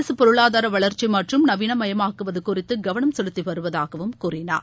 அரசு பொருளாதார வளர்ச்சி மற்றும் நவீனமயமாக்குவது குறித்து கவனம் செலுத்தி வருவதாகவும் கூறினார்